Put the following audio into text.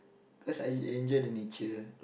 cause I enjoy the nature